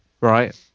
right